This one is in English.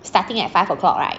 starting at five o'clock right